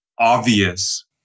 obvious